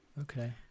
Okay